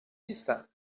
نیستن